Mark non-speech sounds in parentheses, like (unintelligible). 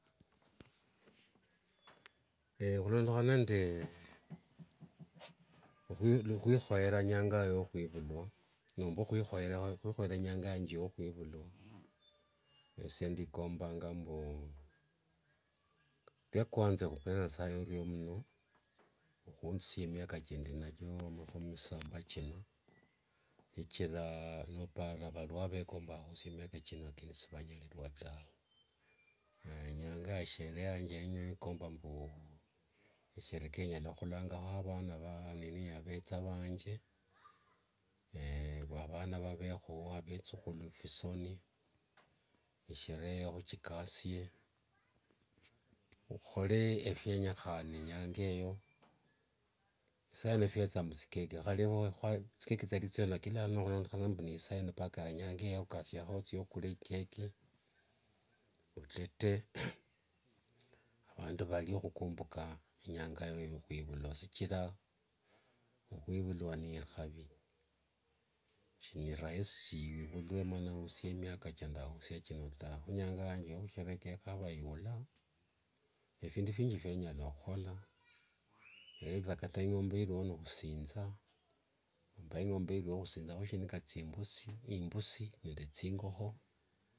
(hesitation) (noise) khulondekhana nde (hesitation) okhwihoera inyanga yao yo khwivulwa, nomba (hesitation) khwihoera inyanga yange yokhwivulwa. Esie ndikombanga mbu khupira nasaye orio mno khuthusia miaka kindinathio makhumi saba thino shichira, nopara valio vekombanga khusia miaka kino sivanyalirua tawe. (hesitation) nenyanga ya ishere yange ino ndekomba mbu eshie keri nyala khulangakho avana (unintelligible) avetha vanje, avana va vekho, vethukhulu phisoni, ishere eyo khuchikasie. Khukole efwenyekhane nyangayo. Isaino fwetha mbu thicake (unintelligible) thikeki thialiwo lakini khulondekhana mbu niisaino, nyanga eyo okasiakho othie okule ikeki, otete (noise) avandu valie khukumbuka inyanga yao yokwhivula shichira, okhwivulua n ikhave shiniraisi (unintelligible) wivulwe mana wosie miaka kindakhosia kino taw kho, inyanga yange yokhusherekea nava yula ephindu (noise) phingi efyandakhanyala khukhola, either kata ingombe niliwo nikhusintha nomba ingombe niliwo nikhusintha shindu nga thimbusi, nomba imbusi nende thingokho.